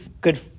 good